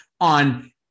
on